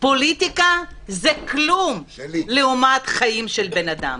פוליטיקה זה כלום לעומת חיים של אנשים.